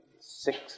six